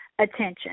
attention